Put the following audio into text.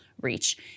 reach